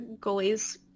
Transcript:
goalies